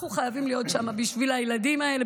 אנחנו חייבים להיות שם בשביל הילדים האלה,